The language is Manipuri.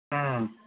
ꯎꯝ